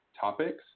topics